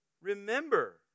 remember